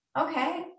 okay